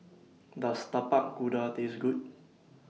Does Tapak Kuda Taste Good